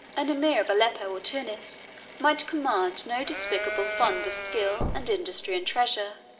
an emir of aleppo or tunis might command no despicable fund of skill, and industry, and treasure.